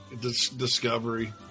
Discovery